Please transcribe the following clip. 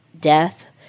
death